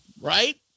right